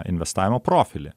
investavimo profilį